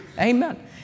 Amen